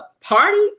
party